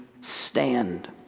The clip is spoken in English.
stand